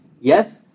yes